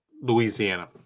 Louisiana